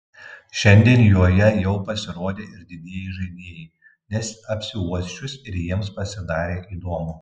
šiandien joje jau pasirodė ir didieji žaidėjai nes apsiuosčius ir jiems pasidarė įdomu